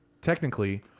Technically